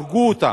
הרגו אותם.